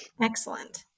excellent